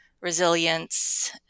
resilience